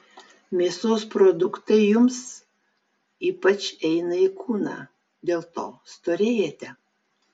mėsos produktai jums ypač eina į kūną dėl to storėjate